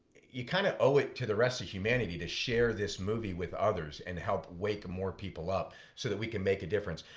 you kind of owe it to the rest of humanity to share this movie with others and help wake more people up so that we can make a difference.